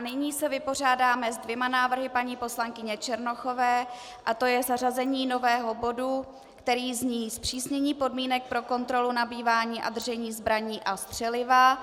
Nyní se vypořádáme s dvěma návrhy paní poslankyně Černochové, to je zařazení nového bodu, který zní: zpřísnění podmínek pro kontrolu nabývání a držení zbraní a střeliva.